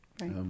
Right